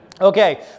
Okay